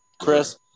Chris